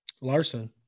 Larson